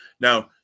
Now